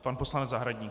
Pan poslanec Zahradník.